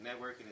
Networking